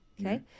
Okay